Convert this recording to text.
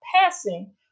passing